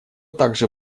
также